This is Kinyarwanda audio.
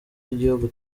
y’igihugu